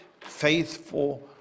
faithful